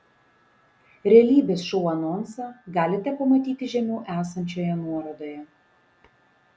realybės šou anonsą galite pamatyti žemiau esančioje nuorodoje